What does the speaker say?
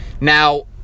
now